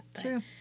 True